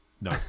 No